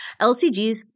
LCGs